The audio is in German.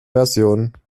version